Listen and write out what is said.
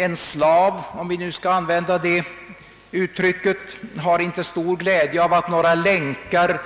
En slav om vi nu skall an vända det uttrycket — har inte stor glädje av att några av länkarna